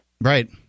Right